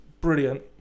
Brilliant